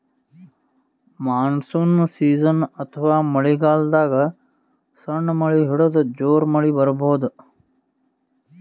monsoon season ಅಥವಾ ಮಳಿಗಾಲದಾಗ್ ಸಣ್ಣ್ ಮಳಿ ಹಿಡದು ಜೋರ್ ಮಳಿ ಬರಬಹುದ್